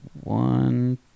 one